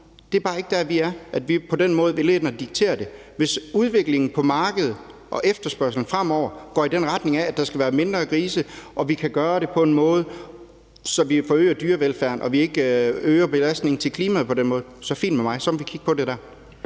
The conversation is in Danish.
nu, er bare ikke dér, vi er, altså at vi på den måde vil ind at diktere det. Hvis udviklingen på markedet og efterspørgslen fremover går i retning af, at der skal være færre grise, og hvis vi kan gøre det på en måde, så vi øger dyrevelfærden og ikke øger belastningen for klimaet, så er det fint med mig; så må vi kigge på det dér.